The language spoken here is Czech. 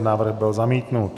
Návrh byl zamítnut.